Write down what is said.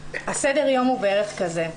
סדר היום הוא בערך כזה,